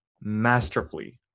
masterfully